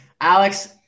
Alex